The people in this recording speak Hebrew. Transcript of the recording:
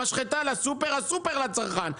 המשחטה לסופר, הסופר לצרכן.